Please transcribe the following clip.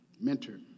mentor